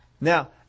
Now